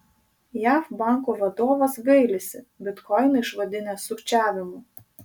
jav banko vadovas gailisi bitkoiną išvadinęs sukčiavimu